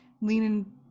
leaning